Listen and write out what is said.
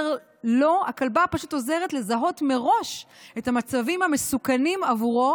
הכלבה פשוט עוזרת לזהות מראש את המצבים המסוכנים עבורו,